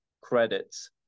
credits